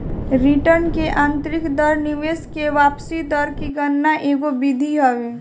return की आतंरिक दर निवेश की वापसी दर की गणना के एगो विधि हवे